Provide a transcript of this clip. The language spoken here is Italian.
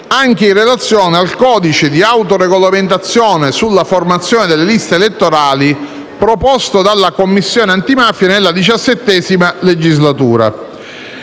anche in relazione al codice di autoregolamentazione sulla formazione delle liste elettorali proposto dalla Commissione antimafia nella XVII legislatura.